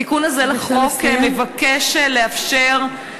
בבקשה לסיים.